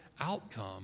outcome